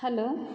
hello